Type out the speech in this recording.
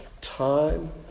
time